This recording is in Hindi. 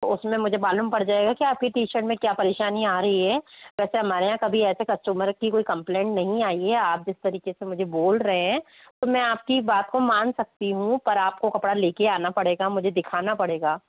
उसमें मुझे मालूम पड़ जाएगा कि आपकी टी शर्ट में क्या परेशानी आ रही है वैसे हमारे यहाँ कभी ऐसे कस्टमर की कोई कंपलेंट नहीं आई है आप जिस तरीके से मुझे बोल रहे हैं तो मैं आपकी बात को मन सकती हूँ पर आपको कपड़ा लेकर आना पड़ेगा मुझे दिखाना पड़ेगा